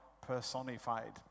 personified